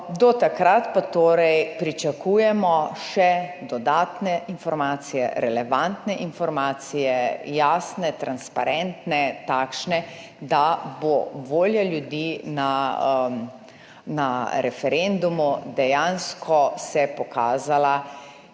Do takrat pa torej pričakujemo še dodatne informacije, relevantne informacije, jasne, transparentne, takšne, da se bo volja ljudi na referendumu dejansko pokazala